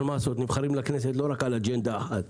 אבל, מה לעשות, לא נבחרים לכנסת רק על אג'נדה אחת